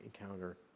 encounter